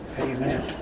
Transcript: Amen